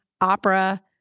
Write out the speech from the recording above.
opera